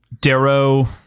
Darrow